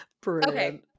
Brilliant